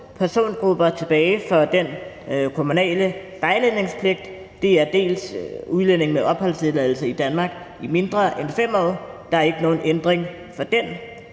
persongrupper tilbage for den kommunale vejledningspligt, nemlig dels udlændinge med opholdstilladelse i Danmark i mindre end 5 år – der er ikke nogen ændring for den